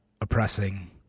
oppressing